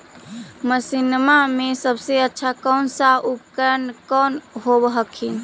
मसिनमा मे सबसे अच्छा कौन सा उपकरण कौन होब हखिन?